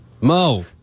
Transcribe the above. Mo